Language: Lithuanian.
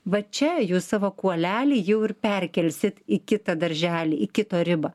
va čia jūs savo kuolelį jau ir perkelsit į kitą darželį į kito ribą